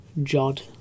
Jod